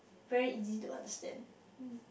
very easy to understand